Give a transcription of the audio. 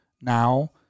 now